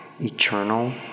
eternal